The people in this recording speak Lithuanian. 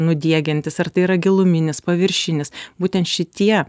nudiegiantis ar tai yra giluminis paviršinis būtent šitie